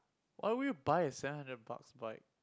why would you buy a seven hundred bucks bike